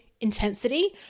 intensity